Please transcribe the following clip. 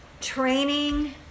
training